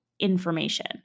information